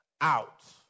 out